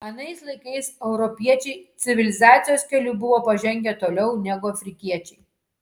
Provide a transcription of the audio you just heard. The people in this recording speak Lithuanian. anais laikais europiečiai civilizacijos keliu buvo pažengę toliau negu afrikiečiai